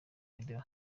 video